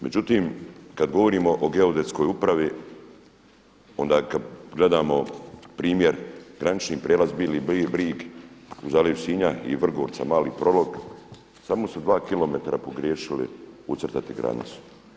Međutim, kad govorimo o Geodetskoj upravi, onda kad gledamo primjer granični prijelaz Bili Brig u zaleđu Sinja i Vrgorca Mali Prolog samo su 2 km pogriješili ucrtati granicu.